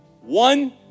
One